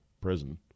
prison